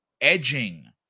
edging